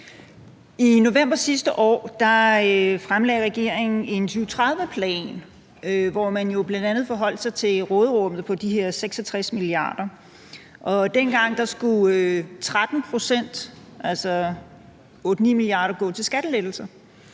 I november sidste år fremlagde regeringen en 2030-plan, hvor man jo bl.a. forholdt sig til råderummet på de her 66 mia. kr., og dengang skulle 13 pct., altså